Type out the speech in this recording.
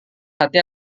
hati